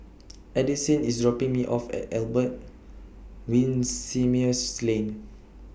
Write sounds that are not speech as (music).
(noise) Addisyn IS dropping Me off At Albert Winsemius Lane